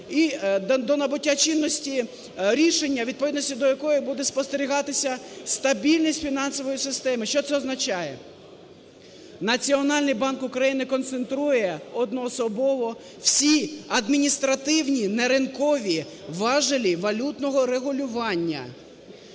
і до набуття чинності рішення, у відповідності до якого буде спостерігатися стабільність фінансової системи. Що це означає? Національний банк України концентрує одноособово всі адміністративні неринкові важелі валютного регулювання.